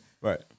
Right